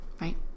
right